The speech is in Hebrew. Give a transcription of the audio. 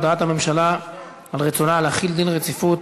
הודעת הממשלה על רצונה להחיל דין רציפות